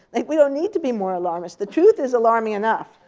like we don't need to be more alarmist. the truth is alarming enough.